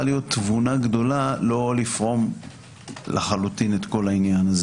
להיות תבונה לא לפרום לחלוטין את העניין.